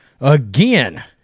Again